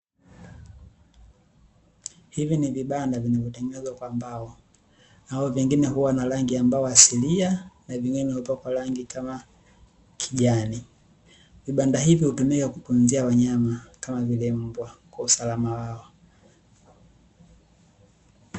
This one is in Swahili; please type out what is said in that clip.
Hivi ni vibanda vinavyotengenezwa kwa mbao, navyo vengine hua na rangi ya mbao asilia na vingine hupakwa rangi kama kijani. Vibanda hivi hutumika kutunzia wanyama kama vile mbwa kwa usalama wao.